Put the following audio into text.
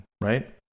Right